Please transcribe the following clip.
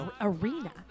arena